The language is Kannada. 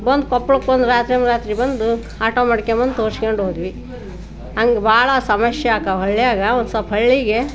ಬಂದು ಕೊಪ್ಪಳಕ್ಕೆ ಒಂದು ರಾತ್ರೋ ರಾತ್ರಿ ಬಂದು ಆಟೋ ಮಾಡ್ಕೊಂಡು ಬಂದು ತೋರ್ಸ್ಕೊಂಡು ಹೋದ್ವಿ ಹಂಗೆ ಬಹಳ ಸಮಸ್ಯೆ ಆಕ್ಕಾವು ಹಳ್ಳಿಯಾಗ ಒಂದು ಸ್ವಲ್ಪ ಹಳ್ಳಿಗೆ